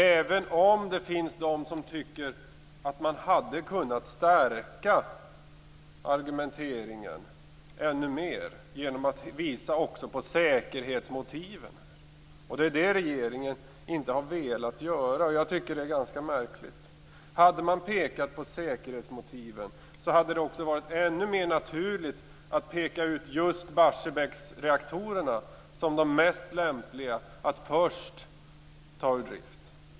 Även om det finns de som tycker att man hade kunnat stärka argumenteringen ännu mer genom att också visa på säkerhetsmotiven - vilket regeringen märkligt nog inte har velat göra - hade det varit ännu mer naturligt att peka ut just Barsebäcksreaktorerna som de mest lämpliga att först ta ur drift.